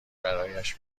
برایش